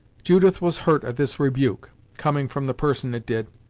judith was hurt at this rebuke, coming from the person it did,